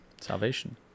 Salvation